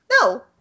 no